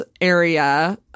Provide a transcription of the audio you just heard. area